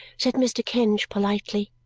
said mr. kenge politely.